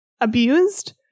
abused